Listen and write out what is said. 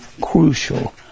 crucial